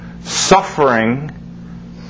suffering